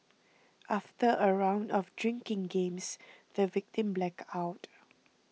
after a round of drinking games the victim blacked out